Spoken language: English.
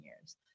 years